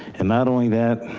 and not only that,